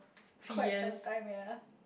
quite sometime ya